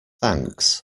thanks